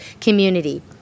community